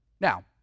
Now